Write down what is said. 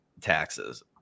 taxes